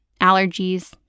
allergies